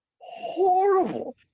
horrible